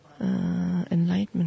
enlightenment